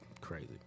crazy